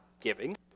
giving